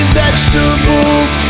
vegetables